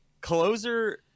closer